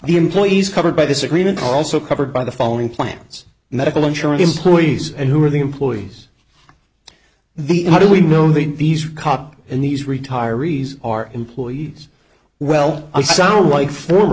the employees covered by this agreement also covered by the following plans medical insurance employees and who are the employees the how do we know these are cops and these retirees are employees well i sound like for